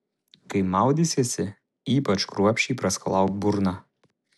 kai maudysiesi ypač kruopščiai praskalauk burną